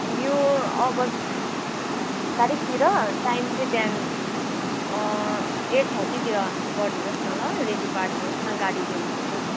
यो अगस्त तारिकतिर टाइम चाहिँ बिहान एट थर्टीतिर गरिदिनु होस् न ल रेडी पारिदिनु होस् न ल गाडी लिन आउँछ